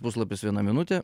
puslapis viena minutė